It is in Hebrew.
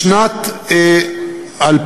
בשנת 2015